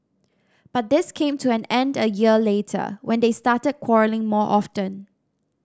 but this came to an end a year later when they started quarrelling more often